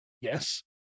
Yes